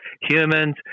humans